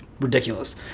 ridiculous